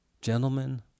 gentlemen